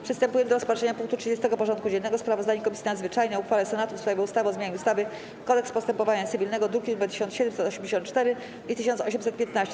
Przystępujemy do rozpatrzenia punktu 30. porządku dziennego: Sprawozdanie Komisji Nadzwyczajnej o uchwale Senatu w sprawie ustawy o zmianie ustawy - Kodeks postępowania cywilnego (druki nr 1784 i 1815)